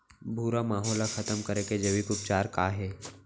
भूरा माहो ला खतम करे के जैविक उपचार का हे?